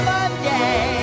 Monday